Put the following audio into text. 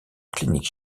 clinique